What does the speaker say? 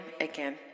again